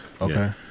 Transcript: okay